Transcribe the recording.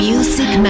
Music